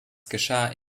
geschah